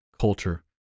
culture